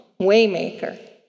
Waymaker